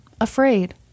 afraid